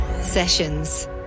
Sessions